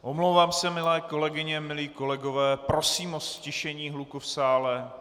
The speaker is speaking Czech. Omlouvám se, milé kolegyně, milí kolegové, prosím o ztišení hluku v sále!